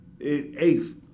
eighth